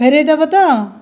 ଫେରାଇ ଦେବ ତ